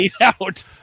out